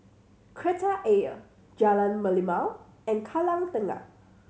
Kreta Ayer Jalan Merlimau and Kallang Tengah